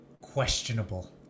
questionable